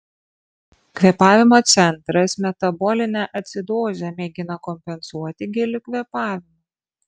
kvėpavimo centras metabolinę acidozę mėgina kompensuoti giliu kvėpavimu